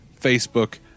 Facebook